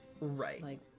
right